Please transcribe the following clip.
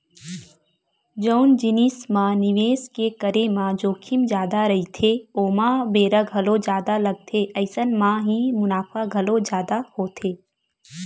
जउन जिनिस म निवेस के करे म जोखिम जादा रहिथे ओमा बेरा घलो जादा लगथे अइसन म ही मुनाफा घलो जादा होथे